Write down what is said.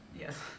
Yes